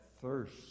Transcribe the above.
thirst